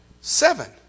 seven